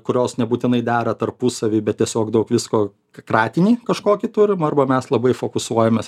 kurios nebūtinai dera tarpusavy bet tiesiog daug visko kratinį kažkokį turim arba mes labai fokusuojamės